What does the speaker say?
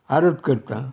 आरत करता